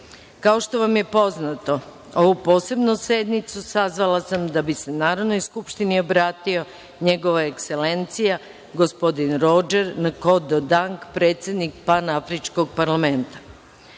što vam je poznato, ovu Posebnu sednicu sazvala sam da bi se Narodnoj skupštini obratila Njegova Ekselencija, gospodin Rodžer Nkodo Dang, predsednik Panafričkog parlamenta. Čast